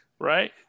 Right